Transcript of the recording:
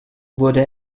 wurde